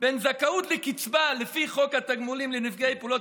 בין זכאות לקצבה לפי חוק התגמולים לנפגעי פעולות